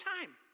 time